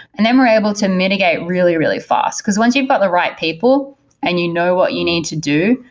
and then we're able to mitigate really, really fast. because once you've got the right people and you know what you need to do,